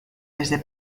desde